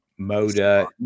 Moda